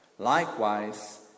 Likewise